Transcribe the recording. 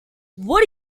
what